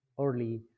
early